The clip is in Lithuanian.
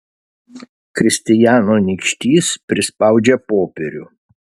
kristijano nykštys prispaudžia popierių